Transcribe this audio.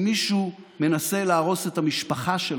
אם מישהו מנסה להרוס את המשפחה שלך,